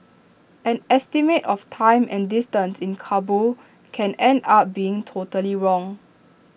an estimate of time and distance in Kabul can end up being totally wrong